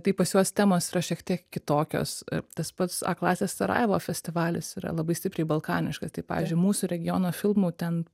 tai pas juos temos yra šiek tiek kitokios tas pats a klasės sarajevo festivalis yra labai stipriai balkaniška tai pavyzdžiui mūsų regiono filmų ten